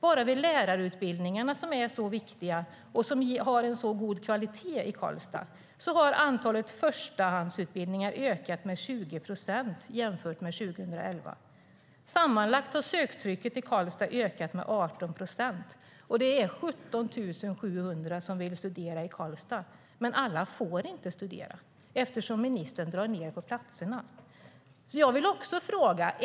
Bara vid lärarutbildningarna, som är så viktiga och har en hög kvalitet i Karlstad, har antalet förstahandsutbildningar ökat med 20 procent jämfört med 2011. Sammanlagt har söktrycket till Karlstad ökat med 18 procent. Det är 17 700 som vill studera i Karlstad, men alla får inte studera där eftersom ministern drar ned på antalet platser.